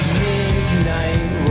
midnight